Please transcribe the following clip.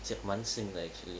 蛮新的 actually